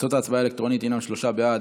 תוצאות ההצבעה האלקטרונית הינן: בעד,